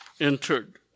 entered